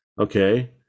okay